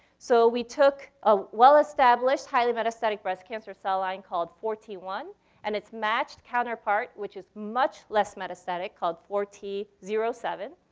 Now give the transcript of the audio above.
so we took a well-established, highly-metastatic breast cancer cell line called four t one and its matched counterpart, which is much less metastatic, called four t zero seven,